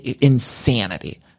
insanity